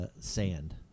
sand